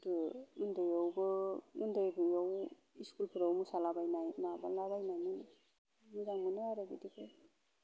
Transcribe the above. गोदो उन्दैयावबो उन्दैयाव इस्कुलफोराव मोसालाबायनाय माबाला बायनानै मोजां मोनो आरो बिदिखौ